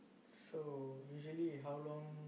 so usually how long